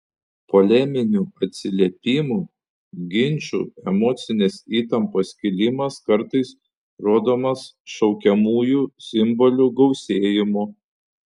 poleminių atsiliepimų ginčų emocinės įtampos kilimas kartais rodomas šaukiamųjų simbolių gausėjimu